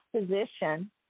position